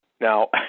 Now